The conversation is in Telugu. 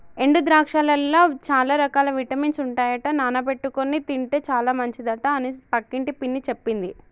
ఎండు ద్రాక్షలల్ల చాల రకాల విటమిన్స్ ఉంటాయట నానబెట్టుకొని తింటే చాల మంచిదట అని పక్కింటి పిన్ని చెప్పింది